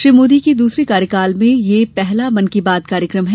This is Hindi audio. श्री मोदी के दूसरे कार्यकाल में यह पहला मन की बात कार्यक्रम है